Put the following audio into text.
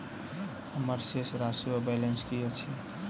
हम्मर शेष राशि वा बैलेंस की अछि?